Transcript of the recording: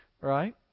right